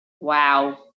Wow